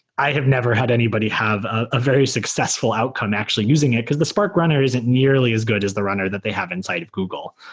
i have never had anybody have a very successful outcome actually using it, because the spark runner isn't nearly as good as the runner that they have inside of google.